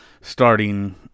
starting